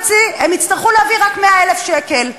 הם יצטרכו להביא רק 100,000 שקל.